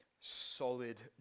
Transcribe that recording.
solid